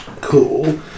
cool